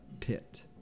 pit